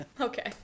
Okay